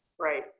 right